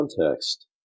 context